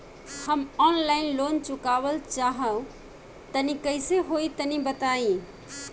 हम online loan चुकावल चाहऽ तनि कइसे होई तनि बताई?